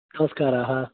नमस्काराः